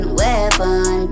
weapon